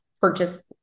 purchase